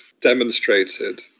demonstrated